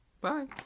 Bye